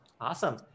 Awesome